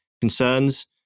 concerns